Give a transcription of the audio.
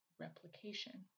replication